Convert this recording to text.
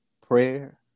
prayer